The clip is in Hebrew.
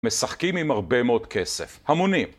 משחקים עם הרבה מאוד כסף. המונים.